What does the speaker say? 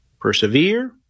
Persevere